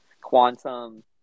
Quantum